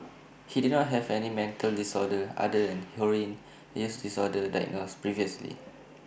he did not have any mental disorder other than heroin use disorder diagnosed previously